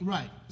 Right